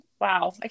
wow